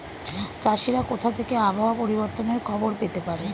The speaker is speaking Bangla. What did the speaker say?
চাষিরা কোথা থেকে আবহাওয়া পরিবর্তনের খবর পেতে পারে?